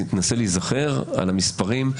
תנסה להיזכר על המספרים,